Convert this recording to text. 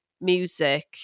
music